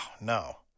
no